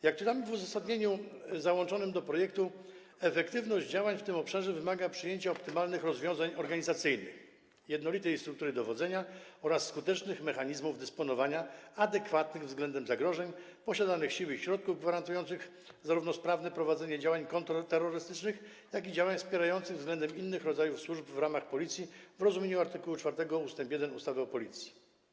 Jak czytamy w uzasadnieniu załączonym do projektu: efektywność działań w tym obszarze wymaga przyjęcia optymalnych rozwiązań organizacyjnych, jednolitej struktury dowodzenia oraz skutecznych mechanizmów dysponowania, adekwatnych względem zagrożeń, posiadanych sił i środków gwarantujących zarówno sprawne prowadzenie działań kontrterrorystycznych, jak i działań wspierających względem innych rodzajów służb w ramach Policji, w rozumieniu art. 4 ust. 1 ustawy o Policji.